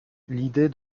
l’idée